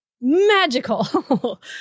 magical